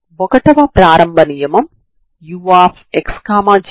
ఇది మరియు ఇది ఈ రెండు సమానం అవుతాయి